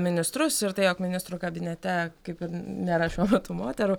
ministrus ir tai jog ministrų kabinete kaip ir nėra šiuo metu moterų